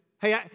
hey